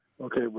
Okay